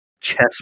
Chess